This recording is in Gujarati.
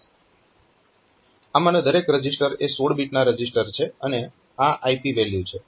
આમાંના દરેક રજીસ્ટર એ 16 બીટના રજીસ્ટર છે અને આ IP વેલ્યુ છે